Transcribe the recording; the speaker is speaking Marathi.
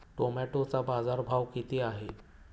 टोमॅटोचा बाजारभाव किती आहे?